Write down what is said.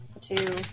two